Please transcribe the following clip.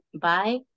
bye